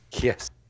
Yes